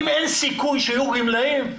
אם אין סיכוי שיהיו גמלאים,